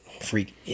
freak